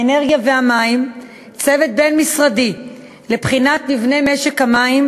האנרגיה והמים צוות בין-משרדי לבחינת מבנה משק המים,